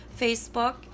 Facebook